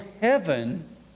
heaven